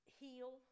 heal